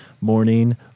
morning